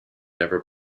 never